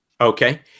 Okay